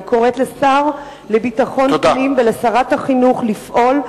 אני קוראת לשר לביטחון פנים ולשר החינוך לפעול,